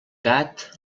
gat